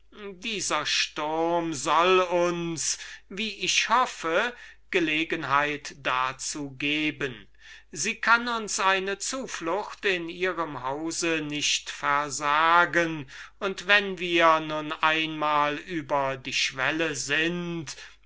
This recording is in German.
dieser sturm hoff ich soll uns gelegenheit dazu geben sie kann uns eine zuflucht in ihrem hause nicht versagen und wenn wir nur einmal drinnen sind